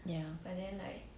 ya